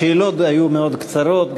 השאלות היו מאוד קצרות,